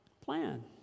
plan